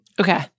Okay